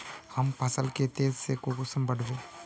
हम फसल के तेज से कुंसम बढ़बे?